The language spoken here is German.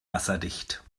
wasserdicht